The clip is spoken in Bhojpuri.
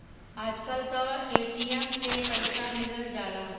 आजकल तअ ए.टी.एम से पइसा निकल जाला